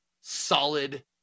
solid